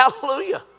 Hallelujah